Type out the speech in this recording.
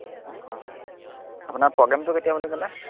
অ' হয় হয় আপোনাৰ প্ৰগ্ৰেমটো কেতিয়া বুলি ক'লে